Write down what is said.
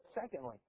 secondly